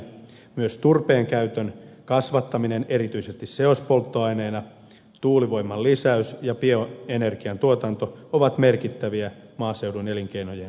myös turpeen käytön kasvattaminen erityisesti seospolttoaineena tuulivoiman lisäys ja bioenergian tuotanto ovat merkittäviä maaseudun elinkeinojen kannalta